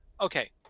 Okay